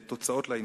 השואה.